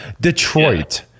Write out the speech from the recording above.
Detroit